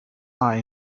are